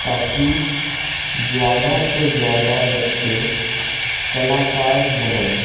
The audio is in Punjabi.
ਤਾਂ ਕਿ ਜ਼ਿਆਦਾ ਤੋਂ ਜ਼ਿਆਦਾ ਬੱਚੇ ਕਲਾਕਾਰ ਬਣਨ